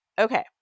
Okay